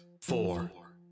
four